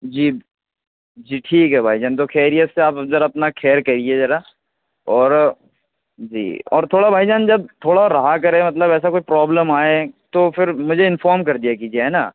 جی جی ٹھیک ہے بھائی جان تو خیریت سے آپ ذرا اپنا خیر کہیے ذرا اور جی اور تھوڑا بھائی جان جب تھوڑا رہا کرے مطلب ایسا کوئی پرابلم آئے تو پھر مجھے انفورم کر دیا کیجیے ہے نا